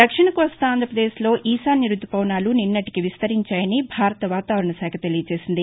దక్షిణ కోస్తా ఆంధ్రప్రదేశ్లో ఈశాన్య రుతుపవనాలు నిన్నటికి విస్తరించాయని భారత వాతావరణ శాఖ తెలియచేసింది